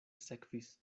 sekvis